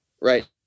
right